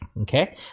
Okay